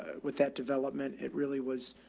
with that development, it really was,